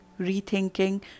rethinking